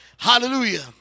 Hallelujah